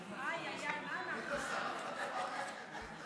איתן, שרפת את המערכת.